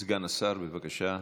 אדוני סגן השר, בבקשה.